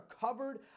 covered